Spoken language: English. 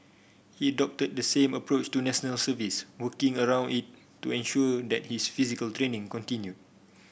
he adopted the same approach to National Service working around it to ensure that his physical training continued